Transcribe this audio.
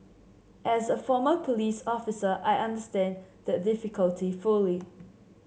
as a former police officer I understand that difficulty fully